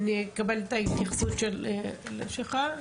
נקבל את ההתייחסות שלך.